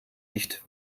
nicht